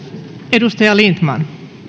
edustaja lindtman